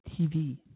TV